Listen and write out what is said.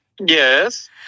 Yes